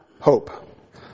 Hope